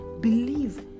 believe